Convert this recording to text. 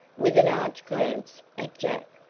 with an arch glance at jack.